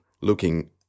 looking